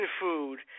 food